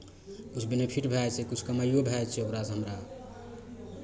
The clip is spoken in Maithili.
किछु बेनिफिट भए जाइ छै किछु कमाइओ भए जाइ छै ओकरासँ हमरा